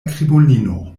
krimulino